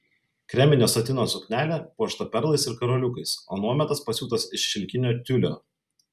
kreminio satino suknelė puošta perlais ir karoliukais o nuometas pasiūtas iš šilkinio tiulio